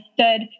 stood